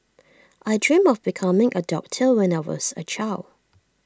I dreamt of becoming A doctor when I was A child